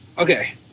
Okay